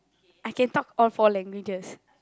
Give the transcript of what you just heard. I can talk all four languages